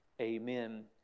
Amen